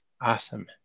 Awesome